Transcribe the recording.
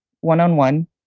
one-on-one